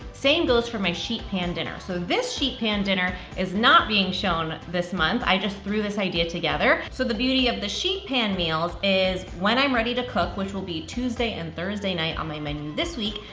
same goes for my sheet pan dinner. so this sheet pan dinner is not being shown this month. i just threw this idea together. so the beauty of the sheet pan meals is when i'm ready to cook, which will be tuesday and thursday night on my menu this week,